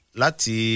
lati